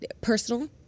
personal